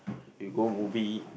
we go movie